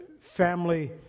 family